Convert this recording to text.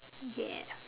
yeah